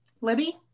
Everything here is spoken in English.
Libby